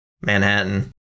Manhattan